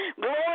Glory